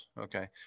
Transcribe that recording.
okay